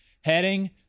heading